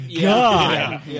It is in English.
God